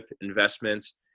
investments